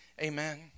Amen